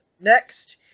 Next